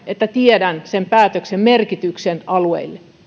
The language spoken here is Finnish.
että tiedän sen päätöksen merkityksen alueille